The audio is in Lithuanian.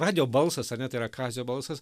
radijo balsas ar ne tai yra kazio balsas